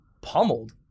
pummeled